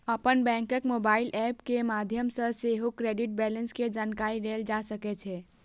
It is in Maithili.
अपन बैंकक मोबाइल एप के माध्यम सं सेहो क्रेडिट बैंलेंस के जानकारी लेल जा सकै छै